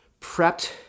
prepped